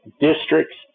districts